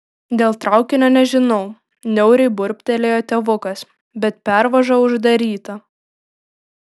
dėl traukinio nežinau niauriai burbtelėjo tėvukas bet pervaža uždaryta